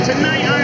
Tonight